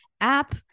app